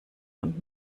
und